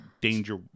Danger